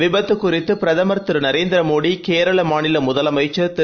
விபத்து குறித்து பிரதமர் திருநரேந்திர மோடி கேரள மாநில முதலமைச்சர் திரு